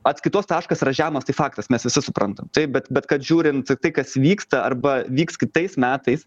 atskaitos taškas yra žemas tai faktas mes visi suprantam taip bet bet kad žiūrint į tai kas vyksta arba vyks kitais metais